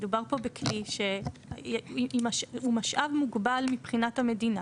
מדובר פה בכלי שהוא משאב מוגבל מבחינת המדינה.